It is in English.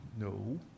No